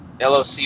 LOC